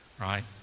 right